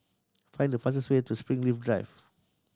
find the fastest way to Springleaf Drive